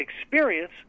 experience